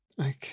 Okay